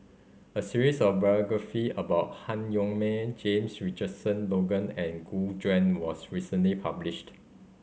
a series of biography about Han Yong May James Richardson Logan and Gu Juan was recently published